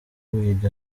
wiga